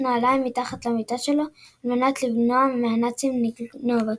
נעליים מתחת למיטה שלו על מנת למנוע מהנאצים לגנוב אותו.